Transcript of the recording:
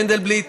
מנדלבליט,